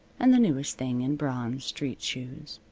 and the newest thing in bronze street shoes.